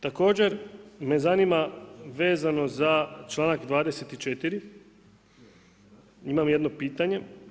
Također me zanima vezano za članak 24., imam jedno pitanje.